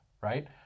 right